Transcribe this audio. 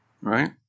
right